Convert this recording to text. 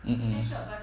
mm mm